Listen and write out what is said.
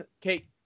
Kate